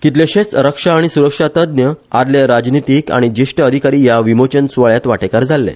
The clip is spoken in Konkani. कितलेशेच रक्षा आनी सुरक्षा तज्ज्ञ आदले राजनितिक आनी ज्येष्ठ अधिकारी या विमोचन सुवाळ्यात वाटेकार जाल्ले